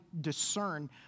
discern